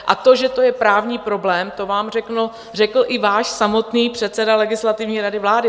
A to, že je to právní problém, to vám řekl i váš samotný předseda Legislativní rady vlády.